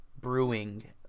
brewing